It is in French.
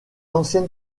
ancienne